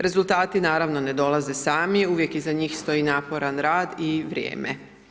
Rezultati naravno ne dolaze sami uvijek iza njih stoji naporan rad i vrijeme.